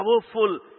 powerful